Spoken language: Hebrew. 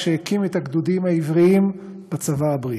כשהקים את הגדודים העבריים בצבא הבריטי.